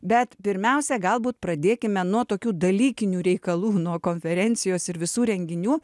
bet pirmiausia galbūt pradėkime nuo tokių dalykinių reikalų nuo konferencijos ir visų renginių